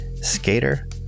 skater